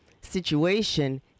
situation